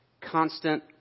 constant